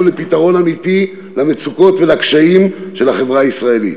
על פתרון אמיתי למצוקות ולקשיים של החברה הישראלית?